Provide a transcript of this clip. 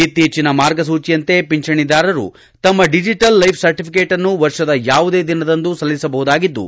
ಇತ್ತೀಚಿನ ಮಾರ್ಗಸೂಚಿಯಂತೆ ಪಿಂಚಣಿದಾರರು ತಮ್ಮ ಡಿಜಿಟಲ್ ಲೈಪ್ ಸರ್ಟಿಫಿಕೆಟ್ನ್ನು ವರ್ಷದ ಯಾವುದೇ ದಿನದಂದು ಸಲ್ಲಿಸಬಹುದಾಗಿದ್ದು